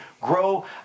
grow